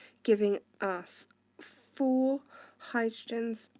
giving us four hydrogens,